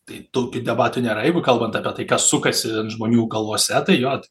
tai tokių debatų nėra jeigu kalbant apie tai kas sukasi žmonių galvose tai jot